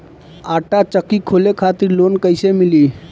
आटा चक्की खोले खातिर लोन कैसे मिली?